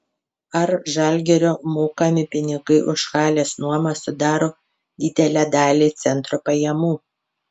ar žalgirio mokami pinigai už halės nuomą sudaro didelę dalį centro pajamų